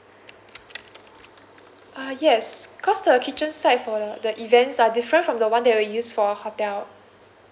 ah yes cause the kitchen side for the the events are different from the one that were used for hotel